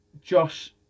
Josh